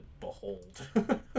behold